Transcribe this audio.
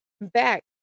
back